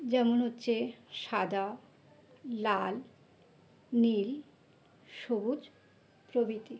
যেমন হচ্ছে সাদা লাল নীল সবুজ প্রভৃতি